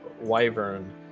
wyvern